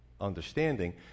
understanding